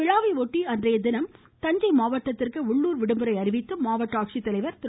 விழாவையொட்டி அன்றைய தினம் தஞ்சை மாவட்டத்திற்கு உள்ளுர் விடுமுறை அறிவித்து மாவட்ட ஆட்சித்தலைவர் திரு